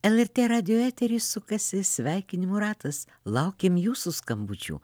lrt radijo etery sukasi sveikinimų ratas laukiam jūsų skambučių